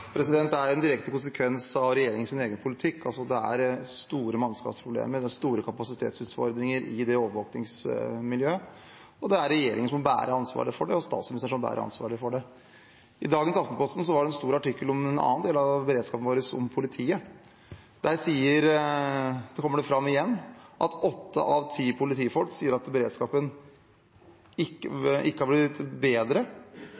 Det er en direkte konsekvens av regjeringens egen politikk at det er store mannskapsproblemer og kapasitetsutfordringer i det overvåkingsmiljøet, og det er regjeringen som må bære ansvaret for det, og statsministeren som må bære ansvaret for det. I dagens Aftenposten var det en stor artikkel om en annen del av beredskapen vår, om politiet. Der kommer det igjen fram at åtte av ti politifolk sier at beredskapen ikke har blitt bedre